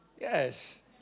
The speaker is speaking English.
Yes